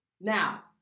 Now